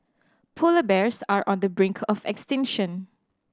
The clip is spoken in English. polar bears are on the brink of extinction